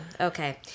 Okay